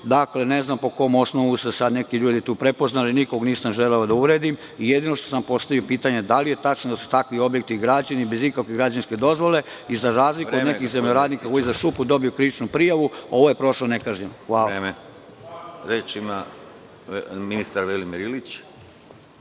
Dakle, ne znam po kom osnovu su se ti ljudi prepoznali, nikoga nisam želeo da uvredim. Jedino što sam postavio pitanje – da li je tačno da su takvi objekti građeni bez ikakve građevinske dozvole? Za razliku od nekih zemljoradnika koji su dobili krivičnu prijavu, ovo je prošlo nekažnjeno. Hvala.